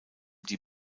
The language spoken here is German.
die